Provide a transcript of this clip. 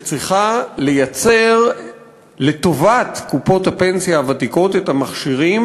שצריכה לייצר לטובת קופות הפנסיה הוותיקות את המכשירים